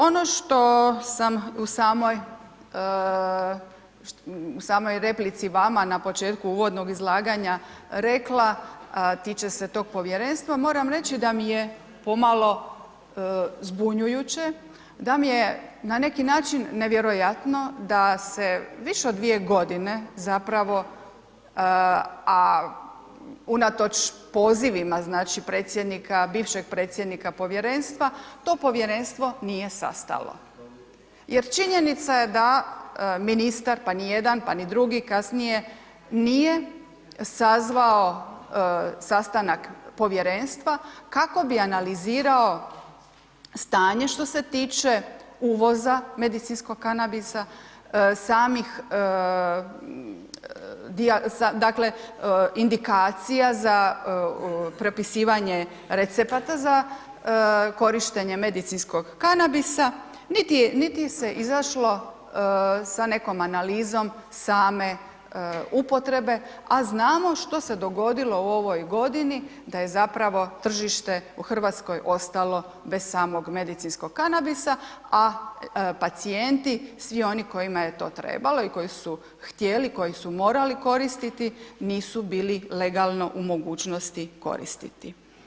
Ono što sam u samoj, u samoj replici vama na početku uvodnog izlaganja rekla, a tiče se tog povjerenstva moram reći da mi je pomalo zbunjujuće da mi je na neki način nevjerojatno da se više od dvije godine zapravo, a unatoč pozivima, znači, predsjednika, bivšeg predsjednika povjerenstva, to povjerenstvo nije sastalo jer činjenica je da ministar, pa ni jedan, pa ni drugi kasnije, nije sazvao sastanak povjerenstva kako bi analizirao stanje što se tiče uvoza medicinskog kanabisa, samih, dakle, indikacija za propisivanje recepata za korištenje medicinskog kanabisa, niti je se izašlo sa nekom analizom same upotrebe, a znamo što se dogodilo u ovoj godini da je zapravo tržište u RH ostalo bez samog medicinskog kanabisa, a pacijenti, svi oni kojima je to trebalo i koji su htjeli, koji su morali koristiti, nisu bili legalno u mogućnosti koristiti.